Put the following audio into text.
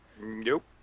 nope